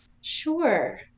Sure